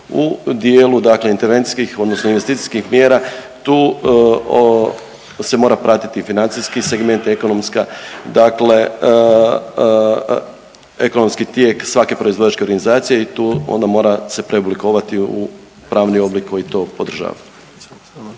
u dijelu dakle intervencijskih odnosno investicijskih mjera. Tu se mora pratiti i financijski segment, ekonomska, dakle ekonomski tijek svake proizvođačke organizacije i tu onda mora se preoblikovati u pravni oblik koji to podržava.